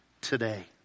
today